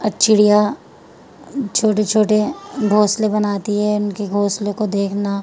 چڑیا چھوٹے چھوٹے گھونسلے بناتی ہے ان کے گھونسلے کو دیکھنا